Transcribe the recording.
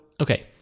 okay